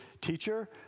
Teacher